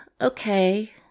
Okay